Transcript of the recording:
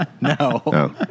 no